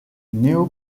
néo